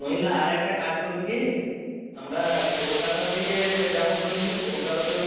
নইলে আর একটা কাজ করবি কি আমরা কলকাতার দিকে যাব তো কলকাতাতেও